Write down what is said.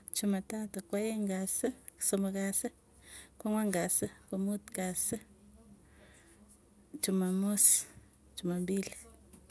Chuma tatu, kwaeng kasi, kosomok kasi, kwangwan kasii. komuut kasi, jumamos, jumambili.